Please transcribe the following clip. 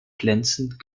glänzend